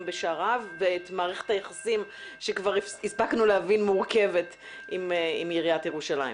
בשעריו ואת מערכת היחסים המורכבת עם עיריית ירושלים.